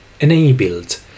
enabled